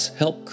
help